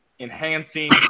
Enhancing